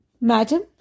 Madam